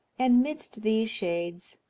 and midst these shades,